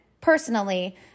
personally